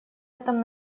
этом